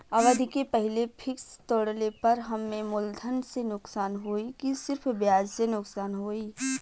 अवधि के पहिले फिक्स तोड़ले पर हम्मे मुलधन से नुकसान होयी की सिर्फ ब्याज से नुकसान होयी?